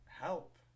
Help